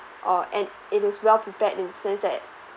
or and it is well prepared in the sense that